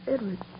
Edward